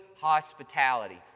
hospitality